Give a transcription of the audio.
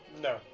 No